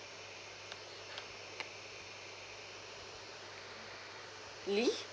lee